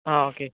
ആ ഓക്കെ